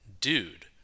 dude